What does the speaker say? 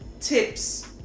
tips